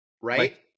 right